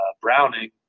Browning